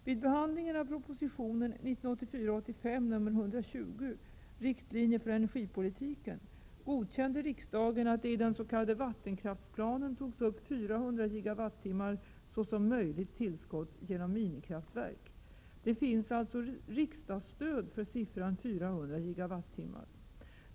Vid behandlingen av propositionen 1984/85:120, Riktlinjer för energipolitiken, godkände riksdagen att det i den s.k. vattenkraftsplanen togs upp 400 GWh såsom möjligt tillskott genom minikraftverk. Det finns alltså riksdagsstöd för siffran 400 GWh.